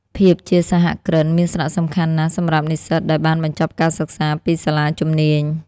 ភាពជាសហគ្រិន មានសារៈសំខាន់ណាស់សម្រាប់និស្សិតដែលបានបញ្ចប់ការសិក្សាពីសាលាជំនាញ។